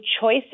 choice